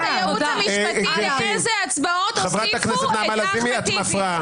אני רוצה לשאול את הייעוץ המשפטי לאיזה הצבעות הוסיפו את אחמד טיבי.